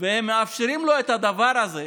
והם מאפשרים לו את הדבר הזה.